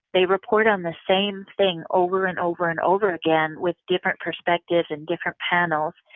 they report on the same thing over and over and over again, with different perspectives and different panels,